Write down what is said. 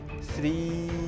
three